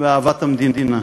ואהבת המדינה.